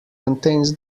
contains